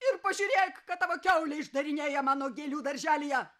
ir pažiūrėk ką tavo kiaulę išdarinėja mano gėlių darželyje